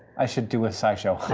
i should do a scishow